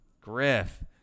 Griff